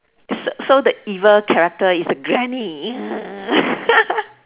it's so the evil character is the granny